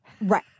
Right